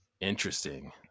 Interesting